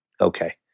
Okay